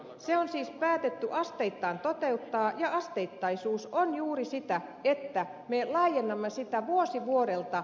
se on siis päätetty asteittain toteuttaa ja asteittaisuus on juuri sitä että me laajennamme sitä vuosi vuodelta